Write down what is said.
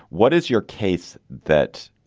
what is your case that